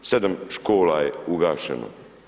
7 škola je ugašeno.